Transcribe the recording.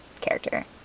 character